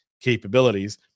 capabilities